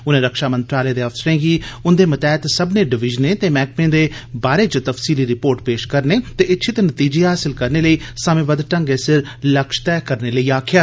उनें रक्षा मंत्रालय दे अफसरें गी उन्दे मतैह्त सब्मनें डिविजनें ते मैह्कमें दे बारै च तफसीली रिर्पोट पेश करने ते इच्छित नतीजे हासल करने लेई समें बद ढ़ंगै सिर लक्ष्य तैह करने लेई आक्खेआ